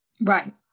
right